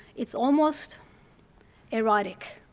it's almost erotic.